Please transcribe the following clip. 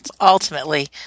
ultimately